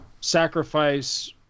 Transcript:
sacrifice